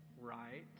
right